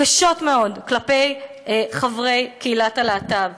קשות מאוד כלפי חברי קהילת הלהט"ב.